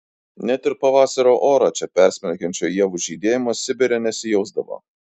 net ir pavasario orą čia persmelkiančio ievų žydėjimo sibire nesijausdavo